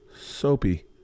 soapy